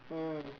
mm